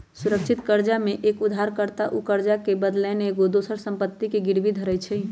सुरक्षित करजा में एक उद्धार कर्ता उ करजा के बदलैन एगो दोसर संपत्ति के गिरवी धरइ छइ